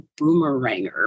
boomeranger